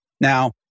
Now